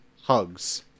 Hugs